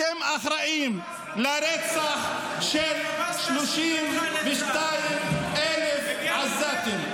אתם אחראים לרצח של 32,000 עזתים,